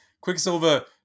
Quicksilver